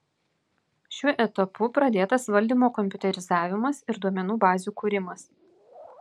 šiuo etapu pradėtas valdymo kompiuterizavimas ir duomenų bazių kūrimas